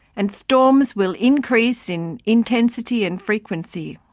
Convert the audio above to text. and storms will increase in intensity and frequency.